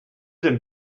denn